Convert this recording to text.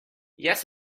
yes